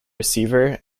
receiver